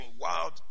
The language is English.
wild